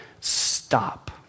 stop